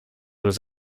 was